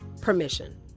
permission